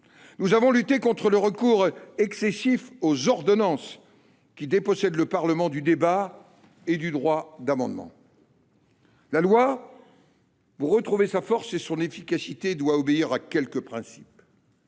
Nous avons lutté contre le recours excessif aux ordonnances, qui dépossèdent le Parlement du débat et du droit d’amendement. La loi, pour retrouver sa force et son efficacité, doit obéir à quelques principes